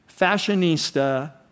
fashionista